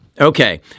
Okay